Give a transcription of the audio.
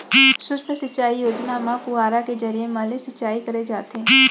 सुक्ष्म सिंचई योजना म फुहारा के जरिए म ले सिंचई करे जाथे